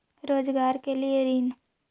रोजगार के लिए ऋण?